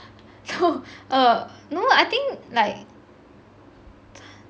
no err no lah I think like